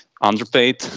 underpaid